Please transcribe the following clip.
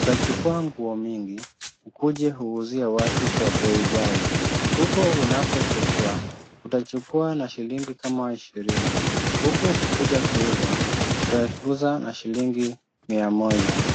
utachukua nguo mingi, ukuje uuzie watu kwa bei ghali, huko unakochukua, utachukua na shillingi kama ishirini, huku ukikuja kuuza utauza na shillingi mia moja.